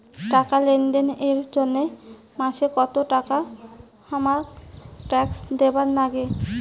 টাকা লেনদেন এর জইন্যে মাসে কত টাকা হামাক ট্যাক্স দিবার নাগে?